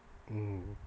mm